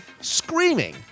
screaming